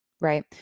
right